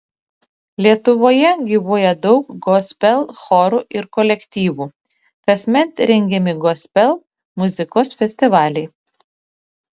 lietuvoje gyvuoja daug gospel chorų ir kolektyvų kasmet rengiami gospel muzikos festivaliai